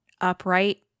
upright